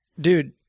dude